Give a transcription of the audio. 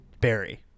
Barry